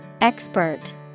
Expert